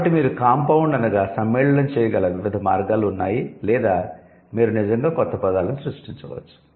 కాబట్టి మీరు 'కాంపౌండ్' అనగా సమ్మేళనం చేయగల వివిధ మార్గాలు ఉన్నాయి లేదా మీరు నిజంగా కొత్త పదాలను సృష్టించవచ్చు